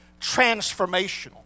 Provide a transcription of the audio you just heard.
transformational